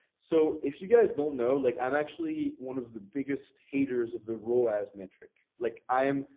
so if you guys don't know, like i'm actually one of the biggest haters of the rowers metric, like i am.